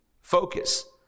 focus